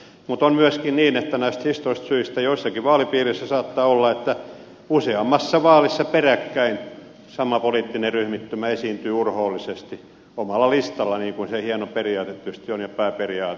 mutta on myöskin niin että näistä historiallisista syistä johtuen joissakin vaalipiireissä saattaa olla että useammassa vaalissa peräkkäin sama poliittinen ryhmittymä esiintyy urhoollisesti omalla listallaan niin kuin se hieno periaate tietysti on ja pääperiaate